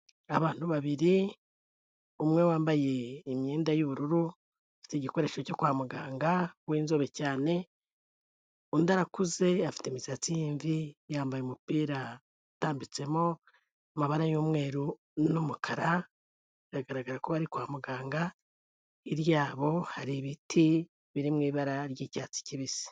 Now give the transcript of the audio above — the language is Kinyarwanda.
Abantu babiri, umwe wambaye imyenda y'ubururu, ufite igikoresho cyo kwa muganga w'inzobe cyane, undi arakuze, afite imisatsi y'imvi, yambaye umupira utambitsemo amabara y'umweru n'umukara, biragaragara ko bari kwa muganga, hirya yabo hari ibiti biri mu ibara ry'icyatsi kibisi.